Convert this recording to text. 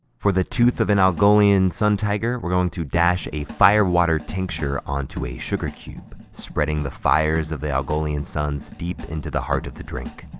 for the tooth of an algolian sun tiger, we're going to dash a firewater tincture onto a sugar cube, spreading the fires of the algolian suns deep into the heart of the drink.